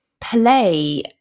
play